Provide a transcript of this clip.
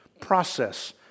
process